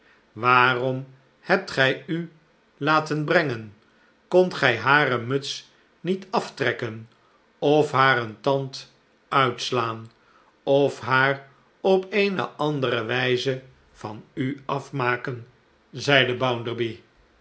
waarom hebt gij u laten brengen kondt gij hare muts niet aftrekken of haar een tand uitslaan of haar op eene andere wijze van u afmaken zeide